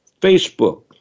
Facebook